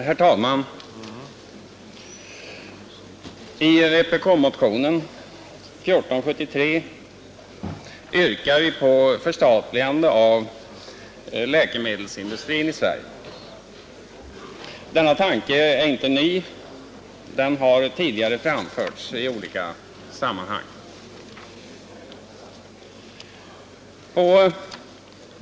Herr talman! I vpk-motionen 1473 yrkar vi på förstatligande av läkemedelsindustrin i Sverige. Denna tanke är inte ny, den har tidigare framförts i olika sammanhang.